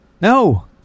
No